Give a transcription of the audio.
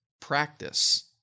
practice